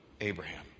Abraham